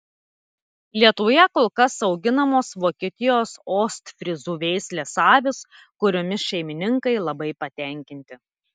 lietuvoje kol kas auginamos vokietijos ostfryzų veislės avys kuriomis šeimininkai labai patenkinti